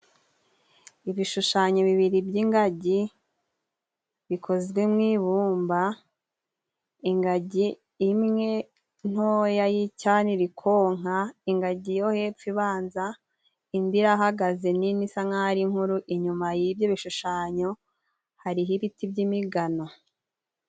Ibishushanyo bibiri by'ingagi bikozwe mu ibumba, ingagi imwe ntoya y'icyana irikonka ingagi yo hepfo ibanza indi irahagaze nini isa nk'aho ari nkuru, inyuma y'ibyo bishushanyo hariho ibiti by'imigano.